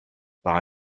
bye